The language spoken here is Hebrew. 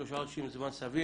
שלושה חודשים זה זמן סביר.